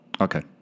Okay